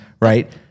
right